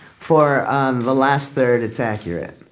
for um the last third, it's accurate.